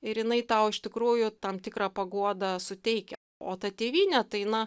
ir jinai tau iš tikrųjų tam tikrą paguodą suteikia o ta tėvynė tai na